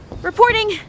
Reporting